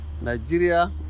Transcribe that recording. Nigeria